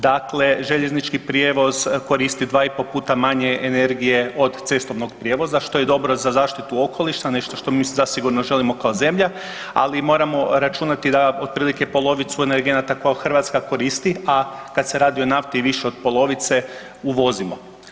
Dakle, željeznički prijevoz koristi 2,5 puta manje energije od cestovnog prijevoza što je dobro za zaštitu okoliša, nešto što mi zasigurno želimo kao zemlja, ali moramo računati da otprilike polovicu energenata koje Hrvatska koristi, a kad se radi o nafti i više od polovice uvozimo.